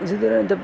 اسی طرح جب